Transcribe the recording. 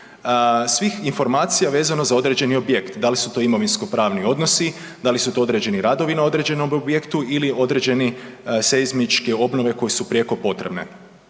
svih informacija vezano za određeni objekt. Da li su to imovinskopravni odnosi, da li su to određeni radovi na određenom objektu ili određeni seizmičke obnove koje su prijeko potrebne.